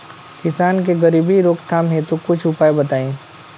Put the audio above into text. किसान के गरीबी रोकथाम हेतु कुछ उपाय बताई?